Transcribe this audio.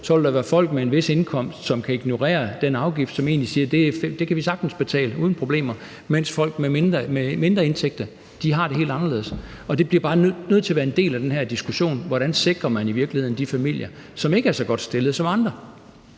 så vil være folk med en vis indkomst, som kan ignorere den afgift, og som egentlig siger, at det kan de sagtens betale uden problemer, mens folk med mindre indtægter har det helt anderledes. Det bliver bare nødt til at være en del af den her diskussion, hvordan man i virkeligheden sikrer de familier, som ikke er så godt stillet som andre.